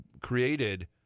created